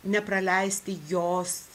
nepraleisti jos